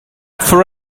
for